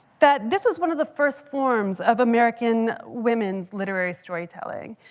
that this was one of the first forms of american women's literary storytelling.